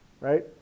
Right